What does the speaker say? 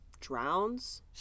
Drowns